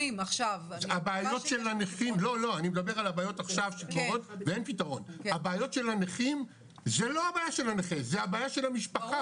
הבעיות של הנכים זה לא הבעיה של הנכה זה הבעיה של המשפחה,